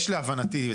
יש להבנתי,